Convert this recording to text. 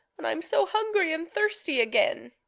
and i am so hungry and thirsty again.